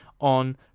on